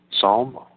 Psalm